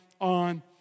on